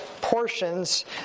portions